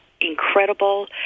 incredible